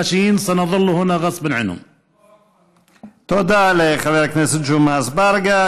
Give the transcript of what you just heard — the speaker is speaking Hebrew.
והפאשיסטים נישאר פה.) תודה לחבר הכנסת ג'מעה אזברגה.